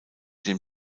den